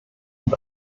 und